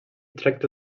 tracta